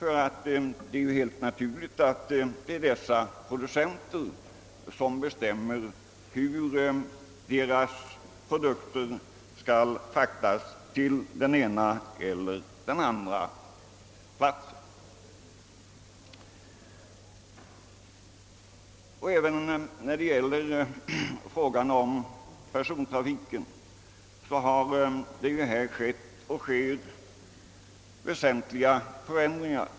Ty det är helt naturligt att det är producenterna som bestämmer hur produkterna skall fraktas till den ena eller andra fabriken. Även beträffande persontrafiken har ju skett och sker väsentliga förändringar.